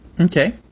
Okay